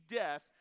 death